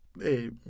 hey